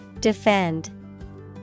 Defend